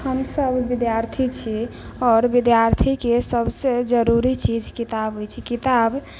हमसभ विद्यार्थी छी आओर विद्यार्थीके सभसँ जरूरी चीज किताब होइत छै किताब